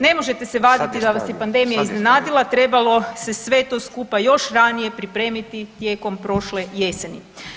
Ne možete se vaditi da vas je pandemija iznenadila, trebalo se sve to skupa još ranije pripremiti tijekom prošle jeseni.